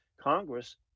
Congress